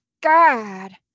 God